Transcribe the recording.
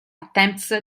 attempts